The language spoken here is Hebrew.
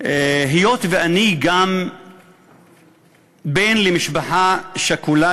היות שגם אני בן למשפחה שכולה,